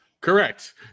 Correct